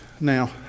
Now